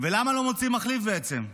למה לא מוצאים מחליף בעצם?